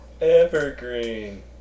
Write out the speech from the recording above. Evergreen